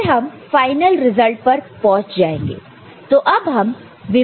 फिर हम final result पर पहुंच जाएंगे